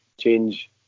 change